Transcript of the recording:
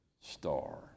star